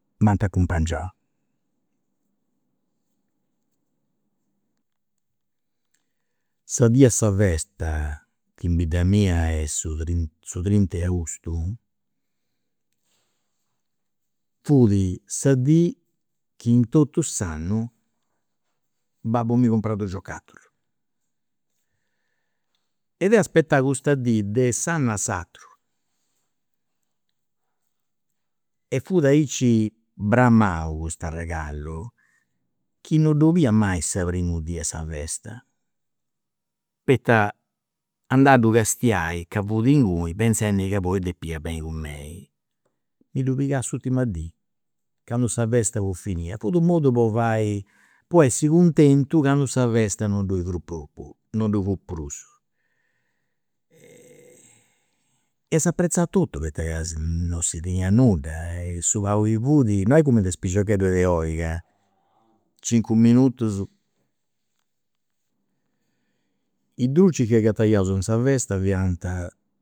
m'ant accumpangiau. sa dì de sa festa in bidda mia est su trint su trinta de austu, fut sa dì chi in totu s'annu babbu miu comporat dus giocatulus, e deu aspettà custa dì de s' annu a s'ateru, e fut aici bramau custu arregallu chi non d'olia mai sa primu dì 'e sa festa poita andà a ddu castiai ca fut inguni pentzendi chi poi depiat benni cun mei. Mi ddu pigat s'urtima dì, candu sa sa festa fut finia, fut u' modu po fai po essi cuntentu candu sa festa non ddoi fut prusu. e s'aprezat totu poita ca non si tenia nudda e su pagu chi fut non est cumenti cumenti a is piciocheddus de oi ca cincu minutus. I drucis chi agattaiaus in sa festa